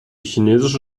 chinesische